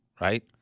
right